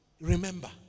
Remember